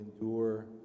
endure